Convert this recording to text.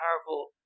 powerful